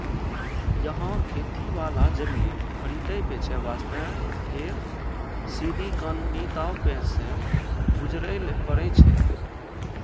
यहाँ खेती वाला जमीन खरीदै बेचे वास्ते ढेर सीनी कानूनी दांव पेंच सॅ गुजरै ल पड़ै छै